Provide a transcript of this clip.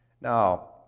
Now